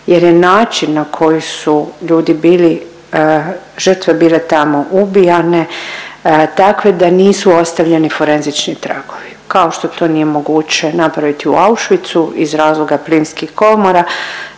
jer je način na koji su ljudi bili, žrtve bile tamo ubijane takve da nisu ostavljeni forenzički tragovi, kao što nije moguće napraviti u Auschwitzu iz razloga plinskih komora